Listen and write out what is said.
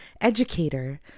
educator